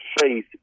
Faith